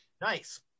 Nice